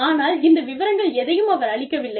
ஆனால் இந்த விவரங்கள் எதையும் அவர் அளிக்க வில்லை